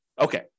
Okay